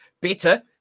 better